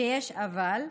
ויש אבל,